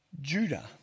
Judah